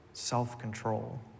self-control